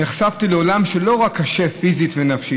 נחשפתי לעולם שלא רק קשה פיזית ונפשית,